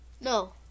No